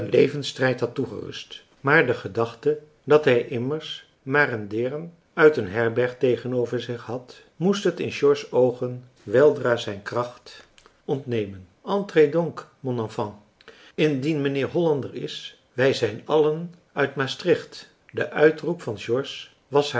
levensstrijd had toegerust maar de gedachte dat hij immers maar een deern uit een herberg tegenover zich had moest het in george's oogen weldra zijn kracht ontnemen entrez donc mon enfant indien mijnheer hollander is wij zijn allen uit maastricht de uitroep van george was